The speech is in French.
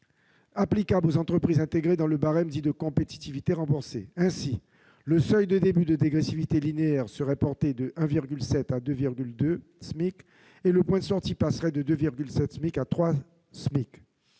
applicables aux entreprises intégrées dans le barème dit « de compétitivité renforcée ». Ainsi, le seuil de début de dégressivité linéaire serait porté de 1,7 SMIC à 2,2 SMIC et le point de sortie passerait de 2,7 SMIC à 3 SMIC.